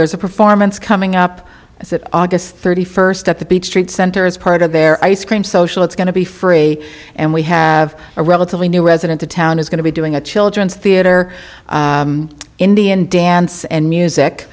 there's a performance coming up that august thirty first at the beach trade center as part of their ice cream social it's going to be free and we have a relatively new resident the town is going to be doing a children's theatre indian dance and music